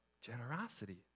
generosity